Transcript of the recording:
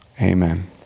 Amen